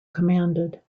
commanded